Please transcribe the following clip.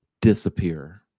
disappear